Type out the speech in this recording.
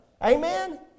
Amen